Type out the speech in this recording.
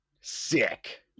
Sick